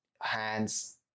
hands